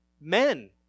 men